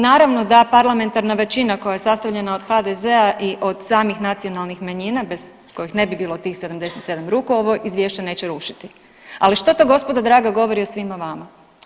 Naravno da parlamentarna većina koja je sastavljena od HDZ-a i od samih nacionalnih manjina bez kojih ne bi bilo tih 77 ruku, ovo Izvješće neće rušiti, ali što to, gospodo draga, govori o svima vama?